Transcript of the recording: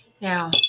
now